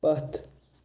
پَتھ